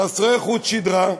חסרי חוט שדרה,